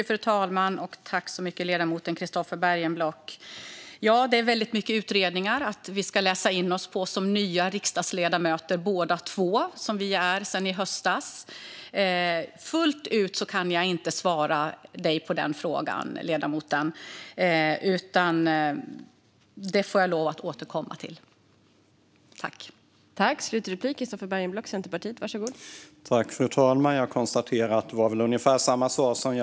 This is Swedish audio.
Fru talman! Det är väldigt många utredningar som vi som nya riksdagsledamöter ska läsa in oss på - jag och Christofer Bergenblock är ju nya sedan i höstas. Jag kan inte svara ledamoten på frågan fullt ut, utan jag får lov att återkomma till detta.